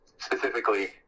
specifically